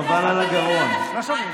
ביבי, ביבי, הליכוד.